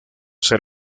ser